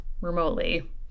remotely